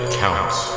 counts